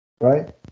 right